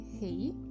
hey